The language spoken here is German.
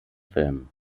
filmen